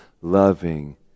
loving